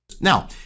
Now